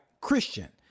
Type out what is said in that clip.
Christian